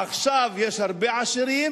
עכשיו יש הרבה עשירים,